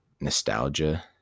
nostalgia